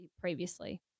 previously